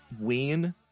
Ween